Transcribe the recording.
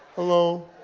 hello